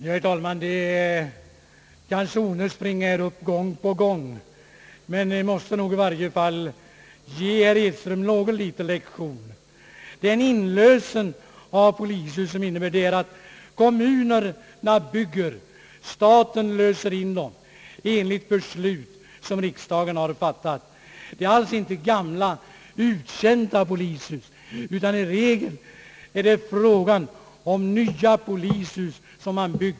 Herr talman! Det är kanske onödigt att springa upp i talarstolen gång på gång, men jag måste ge herr Edström en liten lektion. Den föreslagna anordningen innebär att kommunerna bygger polishus och staten löser in dem enligt beslut som riksdagen har fattat. Det är alls inte gamla, uttjänta polishus, utan i regel är det fråga om nya polishus.